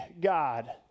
God